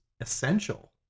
essential